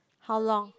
how long